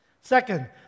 Second